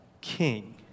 king